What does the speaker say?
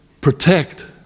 protect